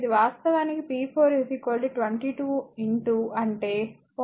4 10 4 ampere